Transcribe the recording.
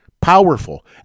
powerful